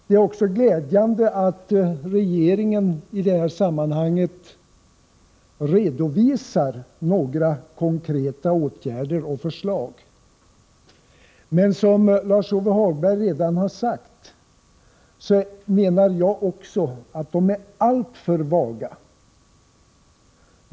Det är också glädjande att regeringen i det här sammanhanget redovisar några konkreta åtgärder och förslag. Men som Lars-Ove Hagberg redan har sagt — och det menar också jag — så är de alltför vaga.